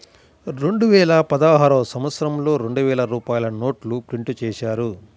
రెండువేల పదహారు సంవత్సరంలో రెండు వేల రూపాయల నోట్లు ప్రింటు చేశారు